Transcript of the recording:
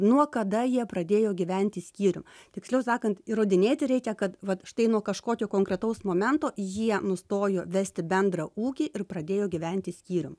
nuo kada jie pradėjo gyventi skyrium tiksliau sakant įrodinėti reikia kad vat štai nuo kažkokio konkretaus momento jie nustojo vesti bendrą ūkį ir pradėjo gyventi skyrium